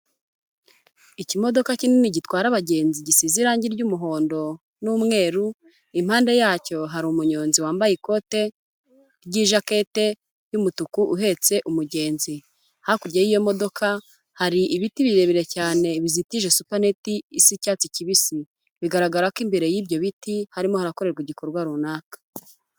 Ikimodoka kinini gitwara abagenzi gisize irange ry'umuhondo n'umweru, impande yacyo hari umunyonzi wambaye ikote ry'ijakete y'umutuku uhetse umugenzi, hakurya y'iyo modoka hari ibiti birebire cyane bizitije supaneti isa icyatsi kibisi, bigaragara ko imbere y'ibyo biti harimo harakorerwa igikorwa runaka.